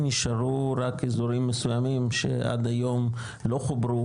נשארו רק אזורים מסוימים שעד היום לא חוברו,